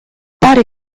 pare